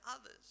others